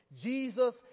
Jesus